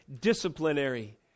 disciplinary